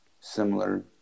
similar